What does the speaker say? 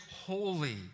holy